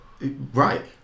Right